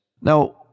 Now